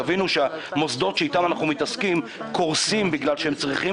תבינו שהמוסדות שאיתם אנחנו מתעסקים קורסים בגלל שהם צריכים